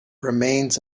remains